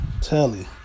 telly